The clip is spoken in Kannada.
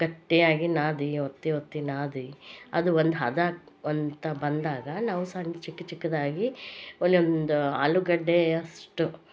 ಗಟ್ಟಿಯಾಗಿ ನಾದಿ ಒತ್ತಿ ಒತ್ತಿ ನಾದಿ ಅದು ಒಂದು ಹದ ಅಂತ ಬಂದಾಗ ನಾವು ಸಣ್ಣ ಚಿಕ್ಕ ಚಿಕ್ದಾಗಿ ಒಂದೊಂದು ಆಲೂಗಡ್ಡೆಯಷ್ಟು